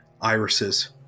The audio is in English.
irises